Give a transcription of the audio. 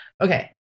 Okay